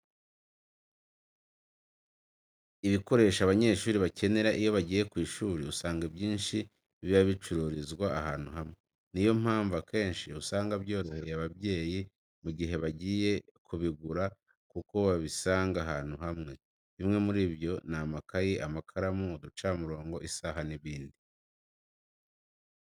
Ibikoresho abanyeshuri bakenera iyo bagiye ku ishuri, usanga ibyinshi biba bicururizwa ahantu hamwe. Niyo mpamvu akenshi usanga byoroheye ababyeyi mu gihe bagiye kubigura kuko babisanga ahantu hamwe. Bimwe muri byo ni amakayi, amakaramu, uducamurongo, isaha n'ibindi.